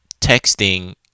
texting